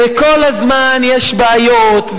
וכל הזמן יש בעיות,